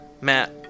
matt